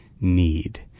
need